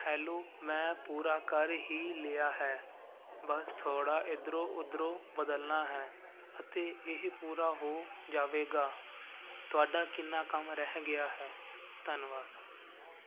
hello ਮੈਂ ਪੂਰਾ ਕਰ ਹੀ ਲਿਆ ਹੈ ਬਸ ਥੋੜ੍ਹਾ ਇੱਧਰੋਂ ਉੱਧਰੋਂ ਬਦਲਣਾ ਹੈ ਅਤੇ ਇਹ ਪੂਰਾ ਹੋ ਜਾਵੇਗਾ ਤੁਹਾਡਾ ਕਿੰਨਾ ਕੰਮ ਰਹਿ ਗਿਆ ਹੈ